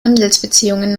handelsbeziehungen